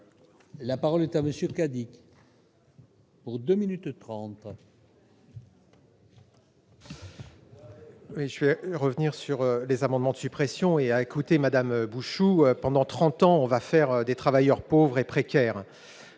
La parole est à monsieur le caddie. Pour 2 minutes 30. Et je vais revenir sur les amendements de suppression et à écouter Madame Bouchoux pendant 30 ans, on va faire des travailleurs pauvres et précaires